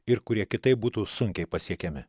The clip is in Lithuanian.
ir kurie kitaip būtų sunkiai pasiekiami